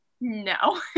no